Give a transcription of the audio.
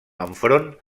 enfront